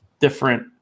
different